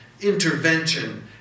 intervention